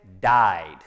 died